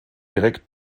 direkt